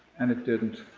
and it didn't.